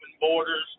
borders